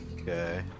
Okay